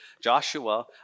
Joshua